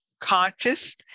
conscious